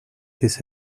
this